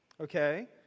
okay